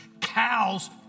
cows